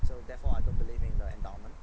so therefore I don't believe in the endowment